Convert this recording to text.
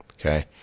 Okay